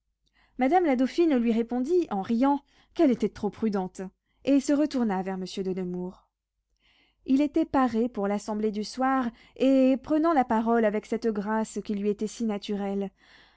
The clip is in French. madame la dauphine lui répondit en riant qu'elle était trop prudente et se retourna vers monsieur de nemours il était paré pour l'assemblée du soir et prenant la parole avec cette grâce qui lui était si naturelle